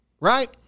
Right